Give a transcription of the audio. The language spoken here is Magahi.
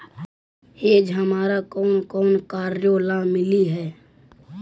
हेज हमारा कौन कौन कार्यों ला मिलई हे